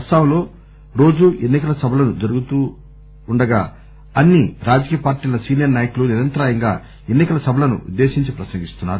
అస్సాంలో రోజు ఎన్నికల సభలు జరుగుతుండగా అన్ని రాజకీయ పార్టీల సీనియర్ నాయకులు నిరంతరాయంగా ఎన్నికల సభలను ఉద్దేశించి ప్రసంగిస్తున్నారు